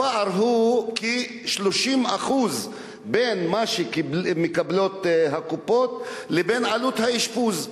הפער הוא כ-30% בין מה שמקבלות הקופות לבין עלות האשפוז.